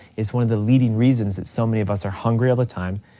it's one of the leading reasons that so many of us are hungry all the time,